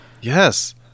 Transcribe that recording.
Yes